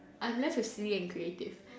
I'm left with silly and creative